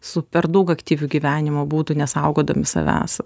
su per daug aktyviu gyvenimo būdu nesaugodami savęs